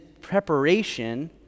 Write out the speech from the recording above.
preparation